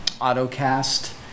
AutoCast